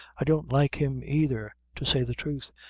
i don't like him, either, to say the truth.